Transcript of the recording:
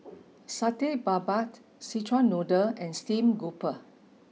Satay Babat Szechuan noodle and Steamed Grouper